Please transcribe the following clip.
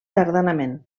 tardanament